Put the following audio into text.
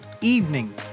evening